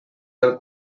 del